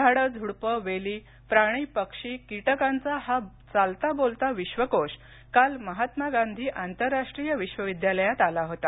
झाडं झूडपं वेली प्राणी पक्षी कीटकांचा हा चालता बोलता विश्वकोष काल महात्मा गांधी आंतरराष्ट्रीय हिंदी विश्वविद्यालयात आला होता